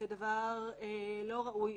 כדבר לא ראוי.